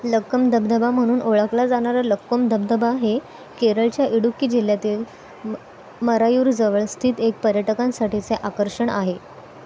लक्कम धबधबा म्हणून ओळखला जाणारा लक्कोम धबधबा हे केरळच्या इडुक्की जिल्ह्यातील मरायूरजवळ स्थित एक पर्यटकांसाठीचे आकर्षण आहे